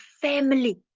family